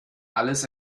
alles